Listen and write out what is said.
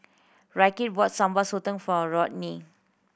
Ryker bought Sambal Sotong for Rodney